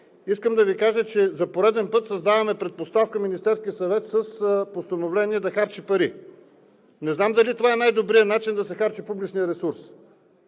искам да Ви кажа, че за пореден път създаваме предпоставка Министерският съвет с постановление да харчи пари. Не знам дали това е най-добрият начин да се харчи публичният ресурс,